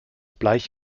bleich